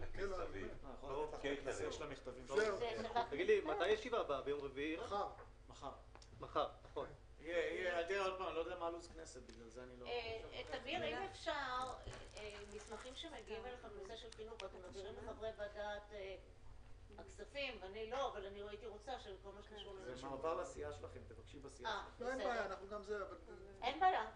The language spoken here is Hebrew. בשעה 11:10.